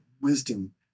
wisdom